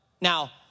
Now